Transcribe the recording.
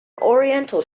oriental